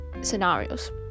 scenarios